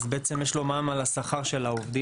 אז בעצם יש לו מע"מ על השכר של העובדים,